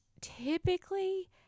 typically